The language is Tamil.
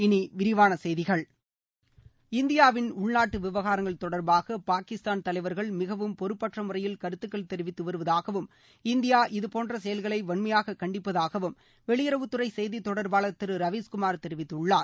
இனி விரிவான செய்திகள் இந்தியாவின் உள்நாட்டு விவகாரங்கள் தொடர்பாக பாகிஸ்தான் தலைவர்கள் மிகவும் பொறுப்பற்ற முறையில் கருத்துக்கள் தெரிவித்து வருவதாகவும் இந்தியா இது போன்ற செயல்களை வன்மையாக கண்டிப்பதாகவும் வெளியுறவுத்துறை செய்தி தொடர்பாளர் திரு ரவீஸ்குமார் தெரிவித்துள்ளார்